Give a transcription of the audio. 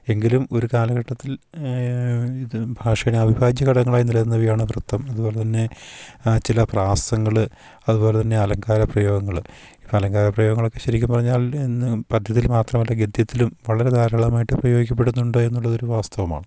എങ്കിലും ഒരു കാലഘട്ടത്തിൽ ഇത് ഭാഷയുടെ അവിഭാജ്യഘടകങ്ങളായി നിലനിന്നവയാണ് വൃത്തം അതുപോലെതന്നെ ചില പ്രാസങ്ങൾ അതുപോലെതന്നെ അലങ്കാരപ്രയോഗങ്ങൾ ഇപ്പം അലങ്കാരപ്രയോഗങ്ങളൊക്കെ ശരിക്കും പറഞ്ഞാൽ ഇന്ന് പദ്യത്തിൽ മാത്രമല്ല ഗദ്യത്തിലും വളരെ ധാരാളമായിട്ട് പ്രയോഗിക്കപ്പെടുന്നുണ്ട് എന്നുള്ളതൊരു വാസ്തവമാണ്